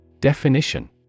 Definition